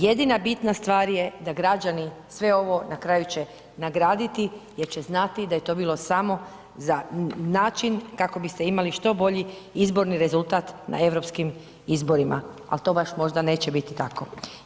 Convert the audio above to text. Jedina bitna stvar je da građani sve ovo na kraju će nagraditi jer će znati da je to bilo samo za način kako biste imali što bolji izborni rezultat na europskim izborima ali to baš možda neće biti tako.